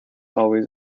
always